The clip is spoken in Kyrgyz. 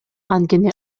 анткени